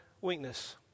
weakness